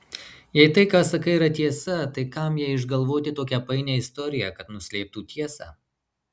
jei tai ką sakai yra tiesa tai kam jai išgalvoti tokią painią istoriją kad nuslėptų tiesą